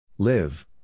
Live